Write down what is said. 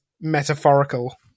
metaphorical